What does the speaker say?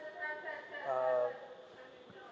uh